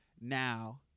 Now